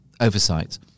oversight